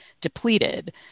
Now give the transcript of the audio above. depleted